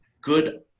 good